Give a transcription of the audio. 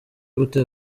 gutera